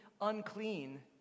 unclean